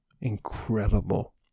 incredible